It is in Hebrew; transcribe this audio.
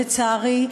לצערי.